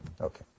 Okay